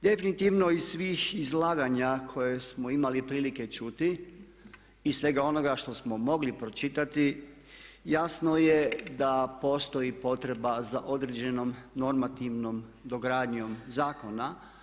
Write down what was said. Definitivno iz svih izlaganja koje smo imali prilike čuti iz svega onoga što smo mogli pročitati jasno je da postoji potreba za određenom normativnom dogradnjom zakona.